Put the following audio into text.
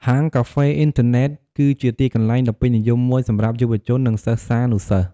ហាងកាហ្វេអ៊ីនធឺណិត គឺជាទីកន្លែងដ៏ពេញនិយមមួយសម្រាប់យុវជន និងសិស្សានុសិស្ស ។